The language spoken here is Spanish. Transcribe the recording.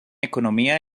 economía